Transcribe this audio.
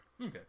Okay